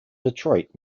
detroit